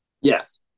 Yes